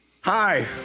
Hi